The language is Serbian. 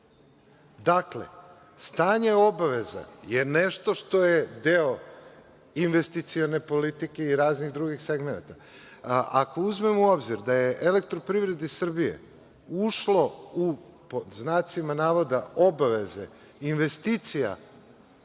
stanje obaveza je nešto što je deo investicione politike i raznih drugih segmenata. Ako uzmemo u obzir da je EPS ušlo u, pod znacima navoda, obaveze investicija